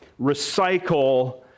recycle